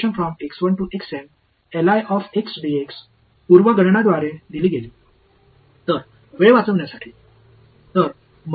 மாணவர்எடைகள் எடைகள் எனவே எடைகள் செயல்பாட்டை சார்ந்து இல்லை